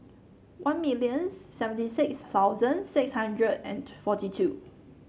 one million seventy six thousand six hundred and forty two